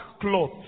clothes